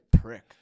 prick